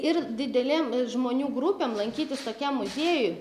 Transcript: ir didelėm žmonių grupėm lankytis tokiam muziejuj